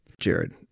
Jared